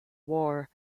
war